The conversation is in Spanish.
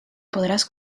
podrás